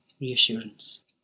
reassurance